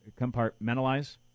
compartmentalize